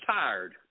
tired